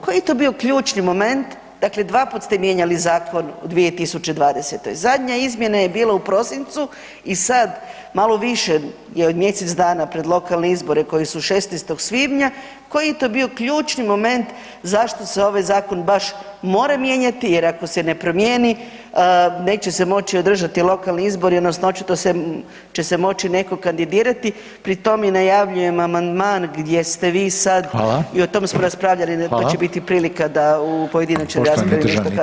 Koji je to bio ključni moment, dakle 2 puta ste mijenjali zakon u 2020., zadnja izmjena je bila u prosincu i sad malo više je od mjesec dana pred lokalne izbore koji su 16. svibnja, koji je to bio ključni moment zašto se ovaj zakon baš mora mijenjati jer ako se ne promijeni neće se moći održati lokalni izbori odnosno očito se, će se moći netko kandidirati, pri tom i najavljujem amandman gdje ste vi sad [[Upadica: Hvala.]] i o tom smo raspravljali, to će biti prilika da u pojedinačnoj raspravi nešto kažem o amandmanu.